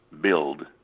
build